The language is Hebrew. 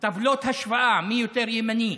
טבלאות השוואה מי יותר ימני,